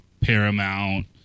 Paramount